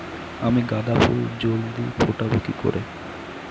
আমি গাঁদা ফুল জলদি ফোটাবো কি করে?